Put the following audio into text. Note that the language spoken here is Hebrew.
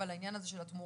אבל העניין הזה של התמורה